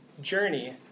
journey